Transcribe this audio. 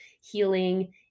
healing